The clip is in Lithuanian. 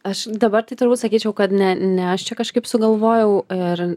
aš dabar tai turbūt sakyčiau kad ne ne aš čia kažkaip sugalvojau ir